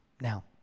Now